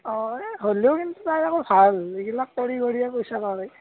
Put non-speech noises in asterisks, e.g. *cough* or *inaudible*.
অঁ এই হ'লেও কিন্তু তাৰ আকৌ ভাল এইগিলাক কৰি কৰিয়ে পইচা *unintelligible*